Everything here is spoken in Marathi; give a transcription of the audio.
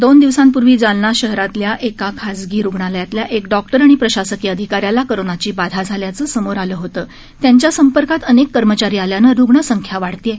दोन दिवसांपूर्वी जालना शहरातल्या एका खासगी रूग्णालयातल्या एक डॉक्टर आणि प्रशासकीय अधिकाऱ्याला कोरोनाची बाधा झाल्याचं समोर आलं होतं त्यांच्या संपर्कात अनेक कर्मचारी आल्याने रुग्ण संख्या वाढत आहे